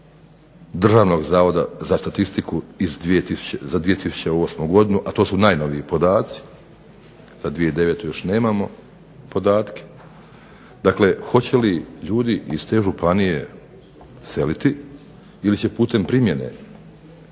Državnog zavoda za statistiku za 2008. godinu, a to su najnoviji podaci, za 2009. nemamo još podatke, dakle hoće li ljudi iz te županije seliti ili će putem primjene